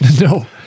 no